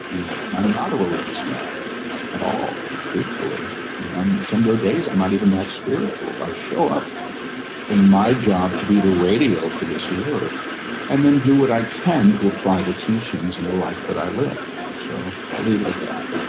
you know, and i'm not a religious man at all, truthfully in one some, there are days i'm not even that spiritual. i show up in my job to be the radio for this work and then do what i can to apply the teachings and the life that i live. so i'll leave it at that.